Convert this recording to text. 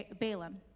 Balaam